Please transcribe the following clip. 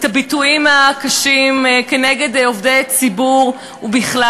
את הביטויים הקשים כנגד עובדי ציבור ובכלל.